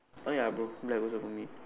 oh ya bro black also for me